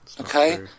okay